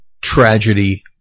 tragedy